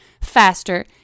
faster